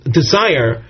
desire